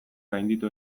gainditu